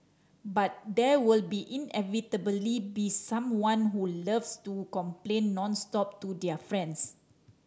but there will be inevitably be someone who loves to complain nonstop to their friends